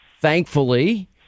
thankfully